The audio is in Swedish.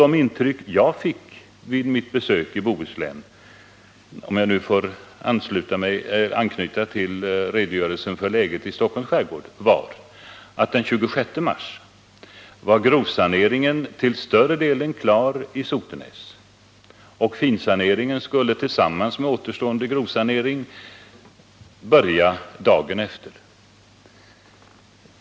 Det intryck som jag fick vid mitt besök i Bohuslän — om jag nu får anknyta till redogörelsen för läget i Stockholms skärgård — var att den 26 mars var grovsaneringen i större delen klar i Sotenäs, och finsaneringen skulle tillsammans med återstående grovsanering börja dagen efter.